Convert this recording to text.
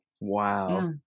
Wow